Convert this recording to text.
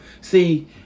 see